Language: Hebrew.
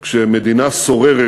כשמדינה סוררת